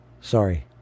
Sorry